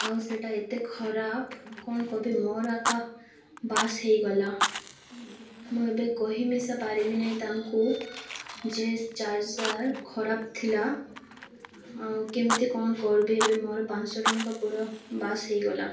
ଆଉ ସେଇଟା ଏତେ ଖରାପ କ'ଣ କହିବି ମୋର ଆକା ବାସ୍ ହେଇଗଲା ମୁଁ ଏବେ କହି ମିଶା ପାରିବି ନାହିଁ ତାଙ୍କୁ ଯେ ଚାର୍ଜର୍ ଖରାପ ଥିଲା ଆଉ କେମିତି କ'ଣ କରବି ଏବେ ମୋର ପାଞ୍ଚଶହ ଟଙ୍କା ପୁରା ବାସ୍ ହେଇଗଲା